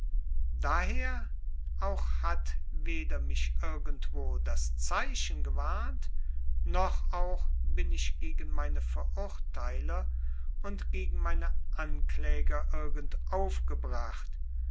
daher auch hat weder mich irgendwo das zeichen gewarnt noch auch bin ich gegen meine verurteiler und gegen meine ankläger irgend aufgebracht